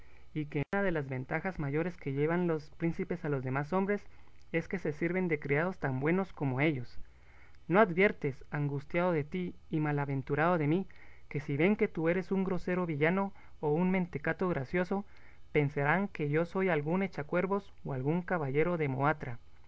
y que una de las ventajas mayores que llevan los príncipes a los demás hombres es que se sirven de criados tan buenos como ellos no adviertes angustiado de ti y malaventurado de mí que si veen que tú eres un grosero villano o un mentecato gracioso pensarán que yo soy algún echacuervos o algún caballero